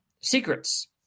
secrets